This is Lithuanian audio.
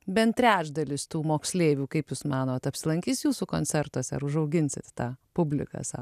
bent trečdalis tų moksleivių kaip jūs manot apsilankys jūsų koncertuose ar užauginsit tą publiką sau